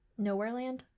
Nowhereland